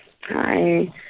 Hi